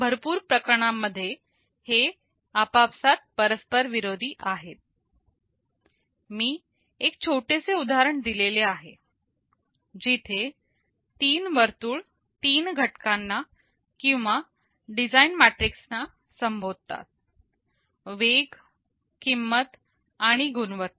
भरपूर प्रकरणांमध्ये हे आपापसात परस्पर विरोधी आहेत मी एक छोटेसे उदाहरण दिलेल आहे जिथे 3 वर्तुळ तीन घटकांना किंवा डिझाईन मेट्रिक्सना संबोधतात वेग किंमत आणि गुणवत्ता